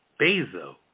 Bezos